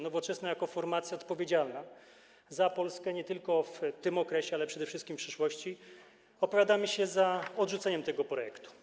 Nowoczesna jako formacja odpowiedzialna za Polskę nie tylko w tym okresie, ale przede wszystkim w przyszłości opowiada się za odrzuceniem tego projektu.